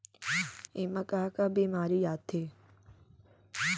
एमा का का बेमारी आथे?